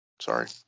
sorry